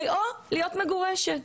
או להיות מגורשת.